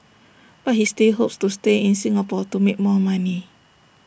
but he still hopes to stay in Singapore to make more money